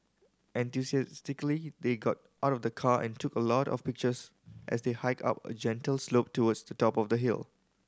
enthusiastically they got out of the car and took a lot of pictures as they hiked up a gentle slope towards the top of the hill